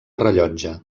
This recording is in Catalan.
rellotge